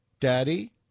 daddy